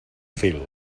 fil